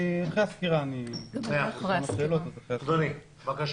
אחרי הסקירה אבקש לדבר.